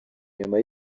nyuma